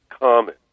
common